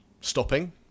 stopping